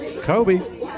Kobe